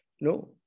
no